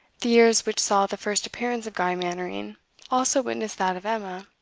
the years which saw the first appearance of guy mannering also witnessed that of emma.